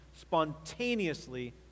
spontaneously